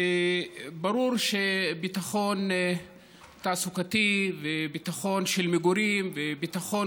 ברור שביטחון תעסוקתי וביטחון של מגורים וביטחון